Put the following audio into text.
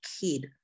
kid